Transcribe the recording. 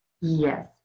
Yes